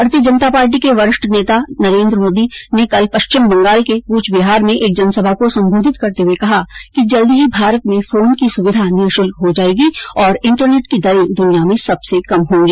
Bharatiya Janata party के वरिष्ठ नेता नरेन्द्र मोदी ने कल पश्चिम बंगाल में कूचबिहार में एक जनसभा को संबोधित करते हुए कहा कि जल्दी ही भारत में फोन की सुविधा निःशुल्क हो जायेगी और इंटरनेट की दरें दुनिया में सबसे कम होगी